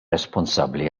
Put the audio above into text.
responsabbli